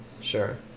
Sure